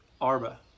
Arba